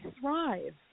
thrive